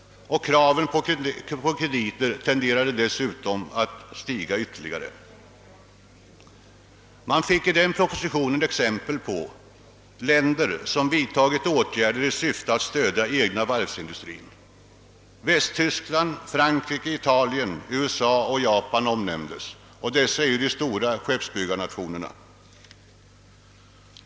Kraven på krediter tenderade dessutom att stiga ytterligare. I den propositionen gavs exempel på länder som vidtagit åtgärder i syfte att stödja den egna varvsindustrin. Västtyskland, Frankrike, Italien, USA och Japan omnämndes, och dessa är ju de stora — skeppsbyggarnationerna.